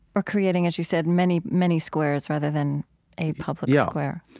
or creating, as you said, many, many squares rather than a public yeah square